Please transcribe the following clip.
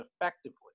effectively